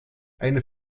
eine